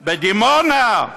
בדימונה.